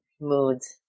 moods